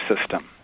system